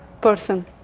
person